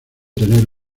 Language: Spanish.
tener